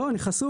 לא אני חסום,